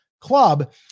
club